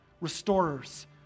restorers